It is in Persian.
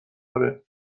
آره